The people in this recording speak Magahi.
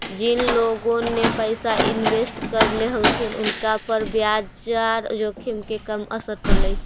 जिन लोगोन ने पैसा इन्वेस्ट करले हलथिन उनका पर बाजार जोखिम के कम असर पड़लई